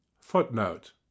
Footnote